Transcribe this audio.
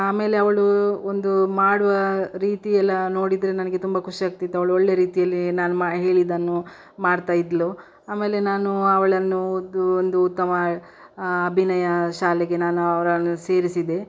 ಆಮೇಲೆ ಅವಳು ಒಂದು ಮಾಡುವ ರೀತಿಯೆಲ್ಲಾ ನೋಡಿದರೆ ನನಗೆ ತುಂಬ ಖುಷಿ ಆಗ್ತಿತ್ತು ಅವಳು ಒಳ್ಳೆಯ ರೀತಿಯಲ್ಲಿ ನಾನು ಮಾ ಹೇಳಿದ್ದನ್ನು ಮಾಡ್ತಾ ಇದ್ಳು ಆಮೇಲೆ ನಾನು ಅವಳನ್ನು ಒದ್ದೂ ಒಂದು ಉತ್ತಮ ಅಭಿನಯ ಶಾಲೆಗೆ ನಾನು ಅವರನ್ನು ಸೇರಿಸಿದೆ